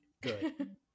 Good